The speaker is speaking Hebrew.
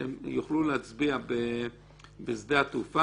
שהם יוכלו להצביע בשדה התעופה.